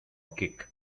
kick